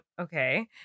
okay